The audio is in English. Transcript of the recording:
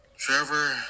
Trevor